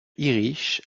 irish